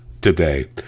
today